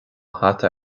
hata